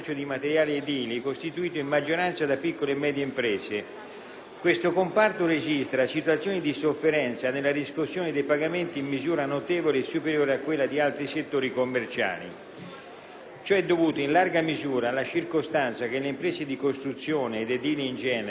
Questo comparto registra situazioni di sofferenza nella riscossione dei pagamenti in misura notevole e superiore rispetto a quella di altri settori commerciali. Ciò è dovuto in larga misura alla circostanza che le imprese di costruzione, ed edili in genere, tendono a differire pagamenti dovuti ai propri fornitori di materiale